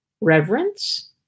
Reverence